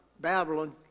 Babylon